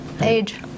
Age